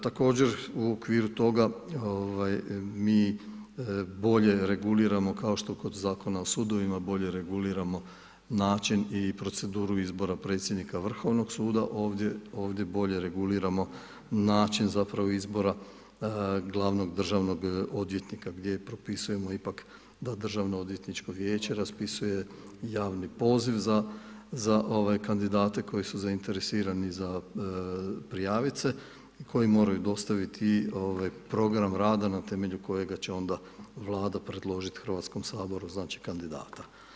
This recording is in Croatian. Također u okviru toga mi bolje reguliramo kao što kod Zakona o sudovima bolje reguliramo način i proceduru izbora predsjednika Vrhovnog suda ovdje bolje reguliramo način zapravo izbora glavnog državnog odvjetnika gdje propisujemo ipak da Državno odvjetničko vijeće raspisuje javni poziv za kandidate koji su zainteresirani za prijaviti se, koji moraju dostaviti program rada na temelju kojega će onda Vlada predložiti Hrvatskom saboru znači kandidata.